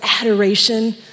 adoration